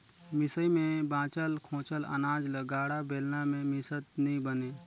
मिसई मे बाचल खोचल अनाज ल गाड़ा, बेलना मे मिसत नी बने